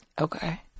Okay